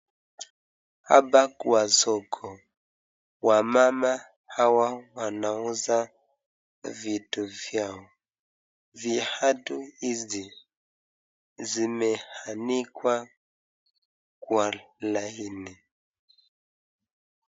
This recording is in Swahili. Hapa kwa soko wamama hawa wanauza vitu vyao. Viatu hizi zimeanikwa kwa laini.